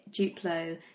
Duplo